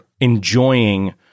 enjoying